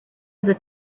that